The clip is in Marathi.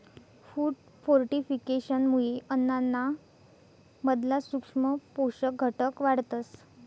फूड फोर्टिफिकेशनमुये अन्नाना मधला सूक्ष्म पोषक घटक वाढतस